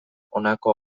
honako